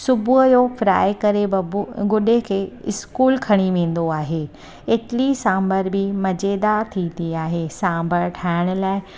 सुबुह जो फ्राए करे बबु गुडे खे स्कूल खणी वेंदो आहे इटली सांभर बि मज़ेदारु थींदी आहे सांभर ठाहिण लाइ